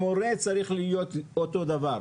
המורה צריך להיות אותו דבר.